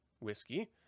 Whiskey